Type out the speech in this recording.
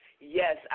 Yes